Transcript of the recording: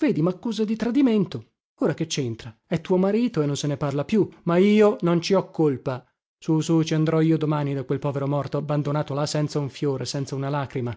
vedi maccusa di tradimento ora che centra è tuo marito e non se ne parla più ma io non ci ho colpa sù sù ci andrò io domani da quel povero morto abbandonato là senza un fiore senza una lacrima